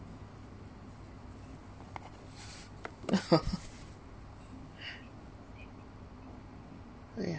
ya